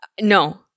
no